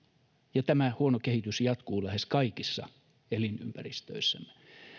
ja tämä huono kehitys jatkuu lähes kaikissa elinympäristöissämme